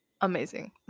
amazing